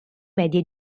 medie